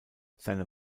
seine